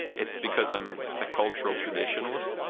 it's because i'm a cultural traditionalist.